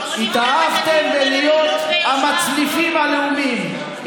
לא נפתח את הדיון על אמינות ויושרה.